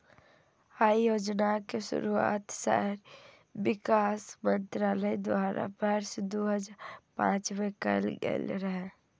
अय योजनाक शुरुआत शहरी विकास मंत्रालय द्वारा वर्ष दू हजार पांच मे कैल गेल रहै